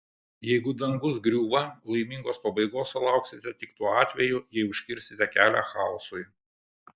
jeigu dangus griūva laimingos pabaigos sulauksite tik tuo atveju jei užkirsite kelią chaosui